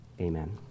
amen